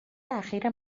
اخیر